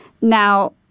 now